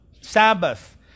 Sabbath